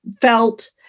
felt